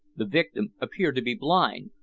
the victim appeared to be blind,